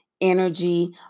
energy